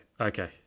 okay